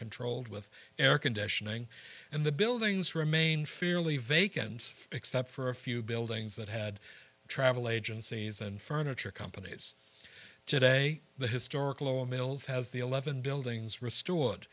controlled with air conditioning and the buildings remained fairly vacant except for a few buildings that had travel agencies and furniture companies today the historic low mills has the eleven buildings restore